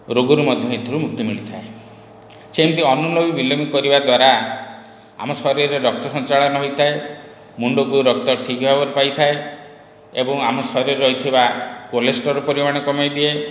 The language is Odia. ରୋଗରୁ ମଧ୍ୟ ଏଥିରୁ ମୁକ୍ତି ମିଳିଥାଏ ସେମିତି ଅନୁଲୋମ ବିଲୋମ କରିବା ଦ୍ଵାରା ଆମ ଶରୀରରେ ରକ୍ତ ସଞ୍ଚାଳନ ହୋଇଥାଏ ମୁଣ୍ଡକୁ ରକ୍ତ ଠିକ ଭାବରେ ପାଇଥାଏ ଏବଂ ଆମ ଶରୀରରେ ରହିଥିବା କୋଲେଷ୍ଟ୍ରଲ୍ ପରିମାଣ କମାଇ ଦିଏ